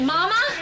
Mama